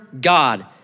God